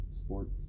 sports